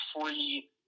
free